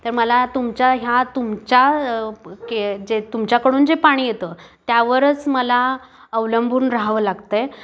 तर मला तुमच्या ह्या तुमच्या के जे तुमच्याकडून जे पाणी येतं त्यावरच मला अवलंबून राहावं लागतं